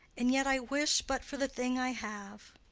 and yet i wish but for the thing i have.